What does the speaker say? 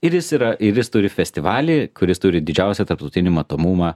ir jis yra ir jis turi festivalį kuris turi didžiausią tarptautinį matomumą